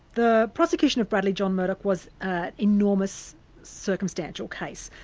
the prosecution of bradley john murdoch was an enormous circumstantial case,